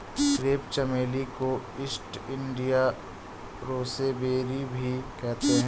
crepe चमेली को East India rosebay भी कहते हैं